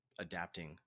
adapting